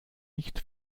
nicht